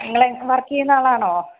നിങ്ങൾ വർക്ക് ചെയ്യുന്ന ആളാണോ